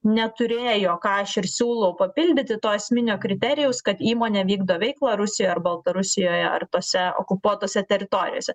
neturėjo ką aš ir siūlau papildyti to esminio kriterijaus kad įmonė vykdo veiklą rusijoj ar baltarusijoje ar tose okupuotose teritorijose